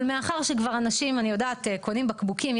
אבל מאחר שכבר אנשים אני יודעת קונים בקבוקים,